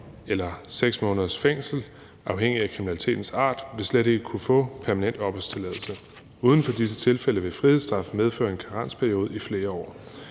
eller 6 måneders fængsel afhængigt af kriminalitetens art, vil slet ikke kunne få permanent opholdstilladelse. Uden for disse tilfælde vil en frihedsstraf medføre en karensperiode på flere år,